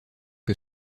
que